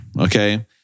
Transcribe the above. Okay